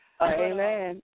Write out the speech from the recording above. Amen